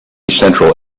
central